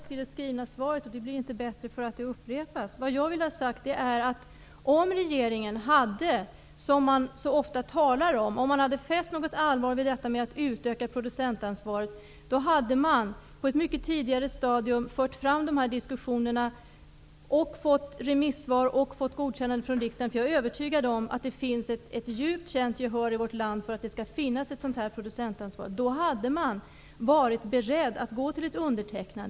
Fru talman! Statsrådet upprepar det svar som jag redan fått. Svaret blir inte bättre för att det upprepas. Det som jag vill ha sagt är: Regeringen skulle ha fört fram dessa diskussioner på ett mycket tidigare stadium och fått remissvar och godkännande från riksdagen, om den hade fäst något allvar vid att utöka producentansvaret, som man så ofta talar om. Jag är övertygad om att det finns ett djupt känt gehör i vårt land för ett producentansvar. Och då hade man varit beredd att underteckna.